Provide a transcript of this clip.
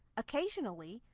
occasionally,